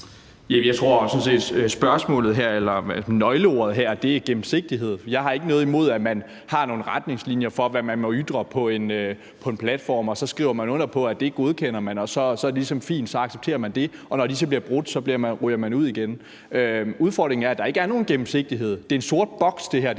set, at nøgleordet her er gennemsigtighed. Jeg har ikke noget imod, at man har nogle retningslinjer for, hvad man må ytre på en platform. Så skriver man under på, at det godkender man, og så det er ligesom fint. Så accepterer man det, og når de så bliver brudt, ryger man ud igen. Udfordringen er, at der ikke er nogen gennemsigtighed. Det her er en sort boks. Det er